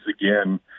again